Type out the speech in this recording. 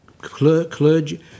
clergy